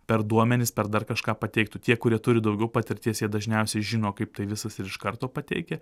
per duomenis per dar kažką pateiktų tie kurie turi daugiau patirties jie dažniausiai žino kaip tai visas ir iš karto pateikia